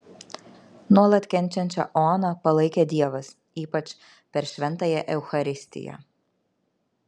nuolat kenčiančią oną palaikė dievas ypač per šventąją eucharistiją